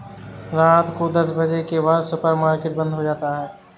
रात को दस बजे के बाद सुपर मार्केट बंद हो जाता है